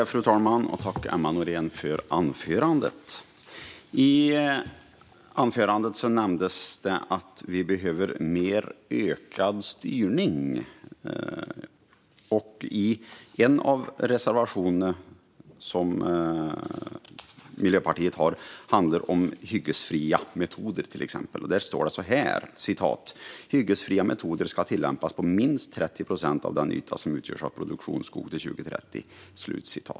Fru talman! Tack, Emma Nohrén, för anförandet! I anförandet nämndes att vi behöver ökad styrning. En reservation som Miljöpartiet har handlar om hyggesfria metoder, och där står det att hyggesfria metoder ska tillämpas på minst 30 procent av den yta som utgörs av produktionsskog till 2030.